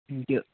त्यो